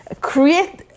create